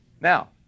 Now